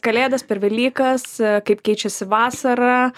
kalėdas per velykas kaip keičiasi vasarą ar